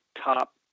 top